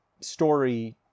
story